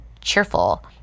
cheerful